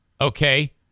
okay